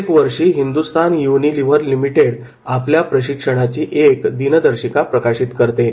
प्रत्येक वर्षी Hindustan Unilever Limited आपल्या प्रशिक्षणाची एक दिनदर्शिका प्रकाशित करते